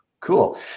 Cool